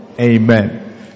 Amen